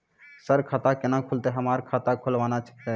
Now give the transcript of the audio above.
Sir खाता केना खुलतै, हमरा खाता खोलवाना छै?